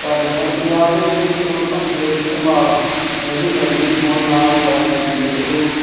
ਕਰਦੀਆਂ ਸਨ ਪੰਜਾਬ ਦੇ ਵਿਹੜੇ ਵਿੱਚ ਹੁਣ ਭੰਗੜੇ ਦੀ ਧਮਾਲ ਨਹੀਂ ਪੈਂਦੀ ਹੁਣ ਨਾ ਸੈਲ ਸਬੀਲੇ ਗੱਭਰੂ